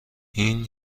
این